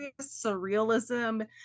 surrealism